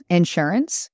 insurance